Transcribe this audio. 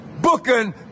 Booking